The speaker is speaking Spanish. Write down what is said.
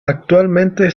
actualmente